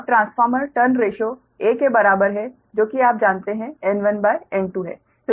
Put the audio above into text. अब transformer turn ratio 'a' के बराबर है जो कि आप जानते हैं N1N2 है